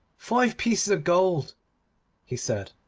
five pieces of gold he said,